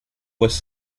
was